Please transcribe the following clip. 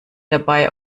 dabei